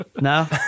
No